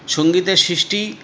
সঙ্গীতের সৃষ্টি